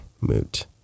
moot